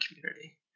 community